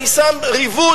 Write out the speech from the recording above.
אני שם ריבוד,